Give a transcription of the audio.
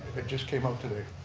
it just came up today.